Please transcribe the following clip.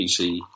PC